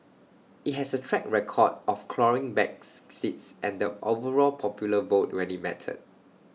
IT has A track record of clawing backs seats and the overall popular vote when IT mattered